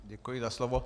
Děkuji za slovo.